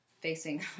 facing